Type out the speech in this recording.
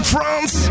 France